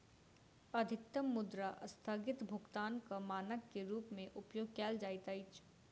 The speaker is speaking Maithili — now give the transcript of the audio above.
अधिकतम मुद्रा अस्थगित भुगतानक मानक के रूप में उपयोग कयल जाइत अछि